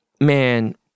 man